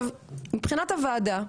מבחינת הוועדה,